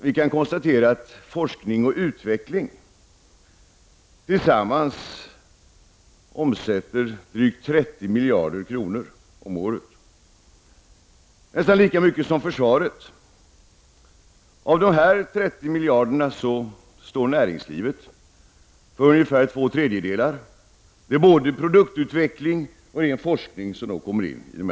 Vi kan konstatera att forskning och utveckling tillsammans omsätter drygt 30 miljarder kronor om året. Det är nästan lika mycket som försvaret. Av dessa 30 miljarder kronor står näringslivet för ungefär två tredjedelar. Det är både produktutveckling och egen forskning som ingår i detta.